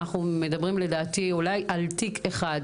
אנחנו מדברים לדעתי אולי על תיק אחד.